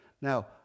now